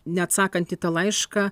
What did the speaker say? neatsakant į tą laišką